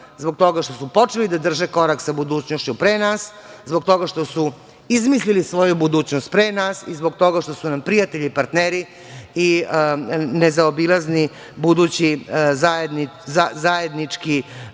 Zbog toga što su počeli da drže korak sa budućnošću pre nas. Zbog toga što su izmislili svoju budućnost pre nas. Zbog toga što su nam prijatelji i partneri nezaobilazni budući u članstvu